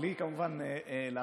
בלי כמובן להכין,